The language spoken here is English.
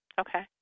Okay